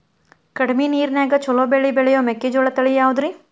ಕಡಮಿ ನೇರಿನ್ಯಾಗಾ ಛಲೋ ಬೆಳಿ ಬೆಳಿಯೋ ಮೆಕ್ಕಿಜೋಳ ತಳಿ ಯಾವುದ್ರೇ?